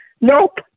Nope